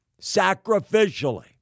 sacrificially